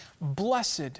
Blessed